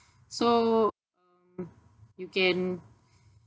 so um you can